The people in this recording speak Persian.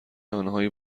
آنهایی